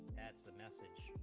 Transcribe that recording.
that's the message